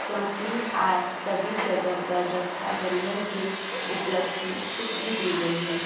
क्योंकि आज सभी जगह पर रक्षाबंधन के उपलक्ष में छुट्टी दी गई है